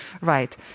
Right